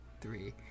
three